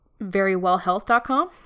verywellhealth.com